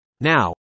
Now